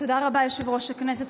תודה רבה, יושב-ראש הכנסת.